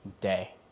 day